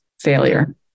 failure